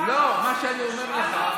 מה שאני אומר לך,